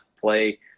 play